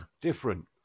different